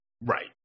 Right